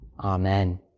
Amen